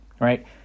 right